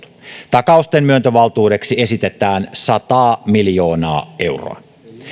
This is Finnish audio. takausten myöntövaltuudeksi esitetään sata miljoonaa euroa